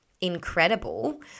incredible